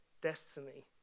destiny